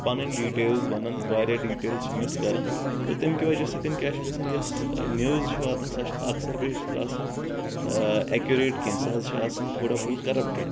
پنٕنۍ ڈیٖٹیلٕز ونان واریاہ ڈیٖٹیلٕز چھِ مِس کران تو تیٚمہِ کہِ وجہ سۭتۍ کیٛاہ چھ گژھان یۄس نوٕز چھِ واتان سۄ چھنہٕ اکثر بیشتَر چھِ آسان ایکیوٗریٹ کینٛہہ سۄ حظ چھِ آسان تھوڑا بہت کرپٹڈ